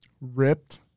ripped